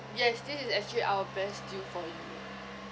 yes this is actually our best deal for you